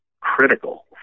critical